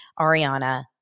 Ariana